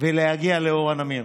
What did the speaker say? ולהגיע לאורה נמיר.